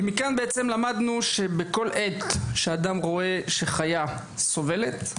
ומכן בעצם למדנו שבכל עת שאדם רואה שחיה סובלת,